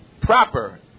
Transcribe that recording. proper